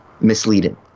misleading